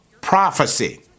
Prophecy